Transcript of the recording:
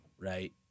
Right